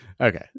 Okay